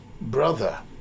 brother